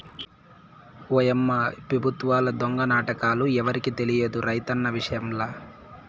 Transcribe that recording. ఓయమ్మా ఈ పెబుత్వాల దొంగ నాటకాలు ఎవరికి తెలియదు రైతన్న విషయంల